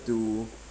to